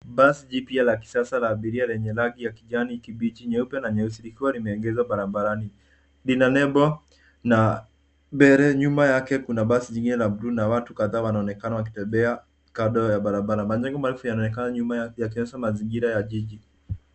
Basi jipya la kisasa la abiria lenye rangi ya kijani kibichi nyeupe na na nyeusi likiwa limegezwa barabarani, lina nembo na nyuma yake kuna basi jingine la buluu na watu kadhaa wanaonekana wakitembea kando ya barabara. Majengo marefu yanaonekana nyuma yakionyesha mazingira ya jiji.